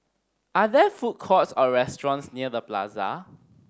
are there food courts or restaurants near The Plaza